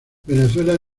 venezuela